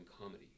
comedy